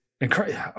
incredible